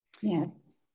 Yes